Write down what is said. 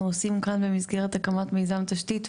עושים כאן במסגרת הקמת מיזם תשתית,